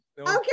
Okay